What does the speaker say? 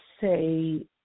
say